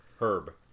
Herb